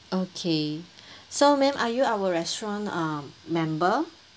okay so ma'am are you our restaurant um member